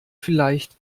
vielleicht